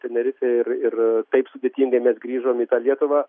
tenerifėj ir ir taip sudėtingai mes grįžom į lietuvą